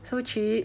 so cheap